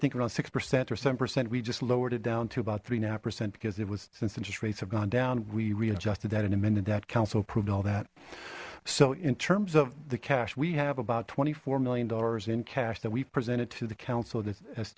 think around six percent or seven percent we just lowered it down to about three and a half percent because it was since interest rates have gone down we readjusted that in a minute that council approved all that so in terms of the cash we have about twenty four million dollars in cash that we've presented to the council